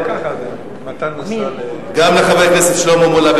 חבר הכנסת שלמה מולה,